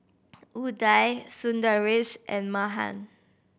Udai Sundaresh and Mahan